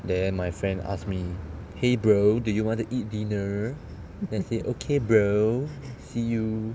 then my friend ask me !hey! brother do you want to eat dinner then I say okay brother see you